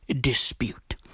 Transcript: dispute